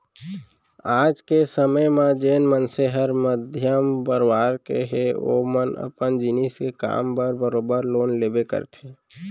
आज के समे म जेन मनसे हर मध्यम परवार के हे ओमन सब जिनिस के काम बर बरोबर लोन लेबे करथे